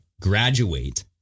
graduate